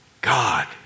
God